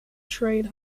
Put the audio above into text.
trade